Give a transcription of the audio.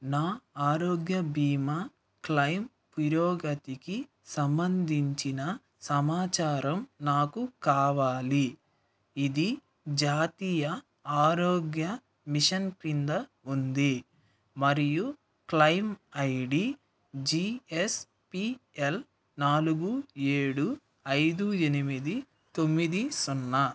నా ఆరోగ్య బీమా క్లైమ్ పురోగతికి సంబంధించిన సమాచారం నాకు కావాలి ఇది జాతీయ ఆరోగ్య మిషన్ క్రింద ఉంది మరియు claim I D G S P L నాలుగు ఏడు ఐదు ఎనిమిది తొమ్మిది సున్నా